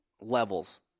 levels